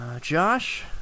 Josh